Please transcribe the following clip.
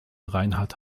reinhard